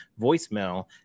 voicemail